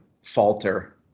falter